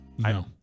No